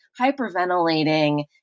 hyperventilating